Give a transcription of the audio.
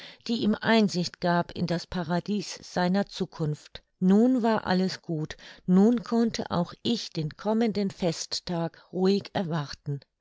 die ihm einsicht gab in das paradies seiner zukunft nun war alles gut nun konnte auch ich den kommenden festtag ruhig erwarten